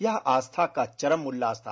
यह आस्था का चरम उल्लास था